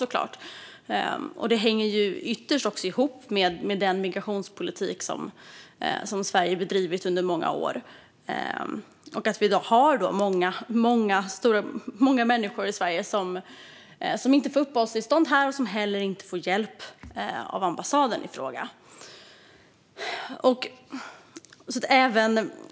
Ytterst hänger det också ihop med den migrationspolitik som Sverige bedrivit under många år och att vi har många människor i Sverige som inte får uppehållstillstånd här och som heller inte får hjälp av ambassaden i fråga.